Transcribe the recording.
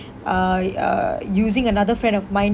I uh using another friend of mine